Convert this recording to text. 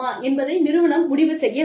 என்பதை நிறுவனம் முடிவு செய்ய வேண்டும்